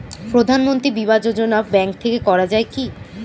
প্রধানমন্ত্রী বিমা যোজনা ব্যাংক থেকে করা যায় কি?